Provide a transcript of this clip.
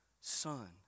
Son